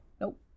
Nope